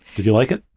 did you like it?